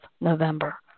November